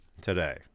today